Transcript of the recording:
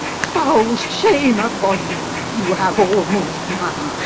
foul shame upon you! you have all mov'd mine.